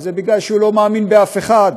וזה כי הוא לא מאמין באף אחד.